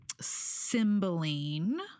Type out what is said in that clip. Cymbeline